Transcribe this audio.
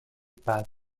pad